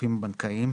בגופים הבנקאיים".